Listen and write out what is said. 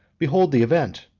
behold the event.